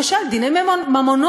למשל, דיני ממונות,